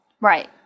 Right